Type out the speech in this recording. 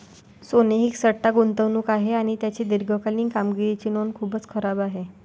सोने ही एक सट्टा गुंतवणूक आहे आणि त्याची दीर्घकालीन कामगिरीची नोंद खूपच खराब आहे